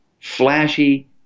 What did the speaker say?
flashy